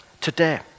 today